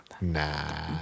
Nah